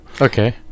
Okay